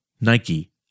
Nike